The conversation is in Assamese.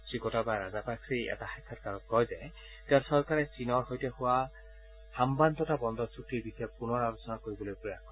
শ্ৰীগোটাবায়া ৰাজাপাকছে এটা সাক্ষাৎকাৰত কয় যে তেওঁৰ চৰকাৰে চীনৰ সৈতে হোৱা হম্বানটোটা বন্দৰ চুক্তিৰ বিষয়ে পুনৰ আলোচনা কৰিববলৈ প্ৰয়াস কৰিব